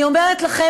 אני אומרת לכם,